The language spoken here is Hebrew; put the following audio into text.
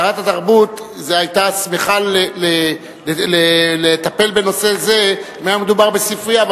אבל שרת התרבות היתה שמחה לטפל בנושא זה אם היה מדובר בספרייה,